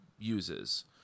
Uses